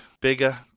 Bigger